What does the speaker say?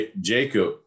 jacob